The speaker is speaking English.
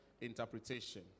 interpretation